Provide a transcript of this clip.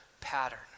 pattern